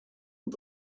and